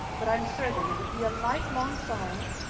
but i'm certain it would be a lifelong sorrow.